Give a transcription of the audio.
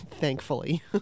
Thankfully